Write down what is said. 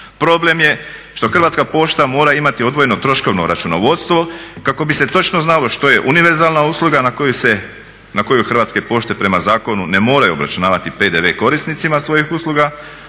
Problem je što Hrvatska pošta mora imati odvojeno troškovno računovodstvo kako bi se točno znalo što je univerzalna usluga na koju Hrvatske pošte prema zakonu ne moraju obračunavati PDV korisnicima svojih usluga